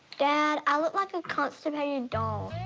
dad, i look like a constipated dog.